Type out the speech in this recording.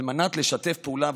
על מנת לשתף פעולה,